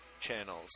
channels